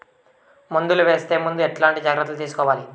మందులు వేసే ముందు ఎట్లాంటి జాగ్రత్తలు తీసుకోవాలి?